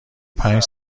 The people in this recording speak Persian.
پنج